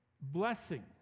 blessing